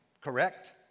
correct